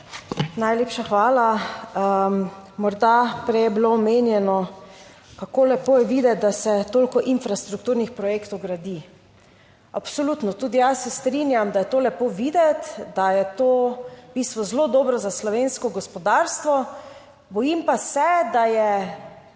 Najlepša hvala. Prej je bilo omenjeno, kako lepo je videti, da se toliko infrastrukturnih projektov gradi. Absolutno, tudi jaz se strinjam, da je to lepo videti, da je to v bistvu zelo dobro za slovensko gospodarstvo. Bojim pa se, da je